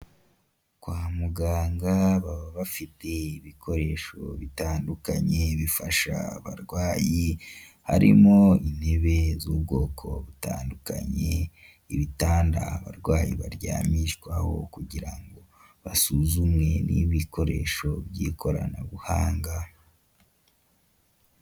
Kwa muganga baba bafite ibikoresho bitandukanye bifasha abarwayi, harimo intebe z'ubwoko butandukanye ibitanda abarwayi baryamishwaho, kugira ngo basuzumwe n'ibikoresho by'ikoranabuhanga.